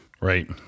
Right